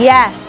Yes